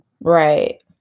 Right